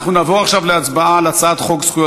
אנחנו נעבור עכשיו להצבעה בקריאה ראשונה על הצעת חוק זכויות